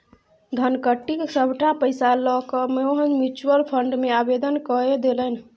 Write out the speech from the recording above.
धनकट्टी क सभटा पैसा लकए मोहन म्यूचुअल फंड मे आवेदन कए देलनि